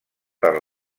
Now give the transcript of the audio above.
per